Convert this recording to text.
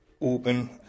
open